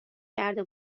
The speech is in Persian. کرده